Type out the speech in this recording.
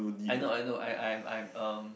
I know I know I I'm I'm um